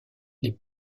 les